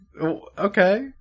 Okay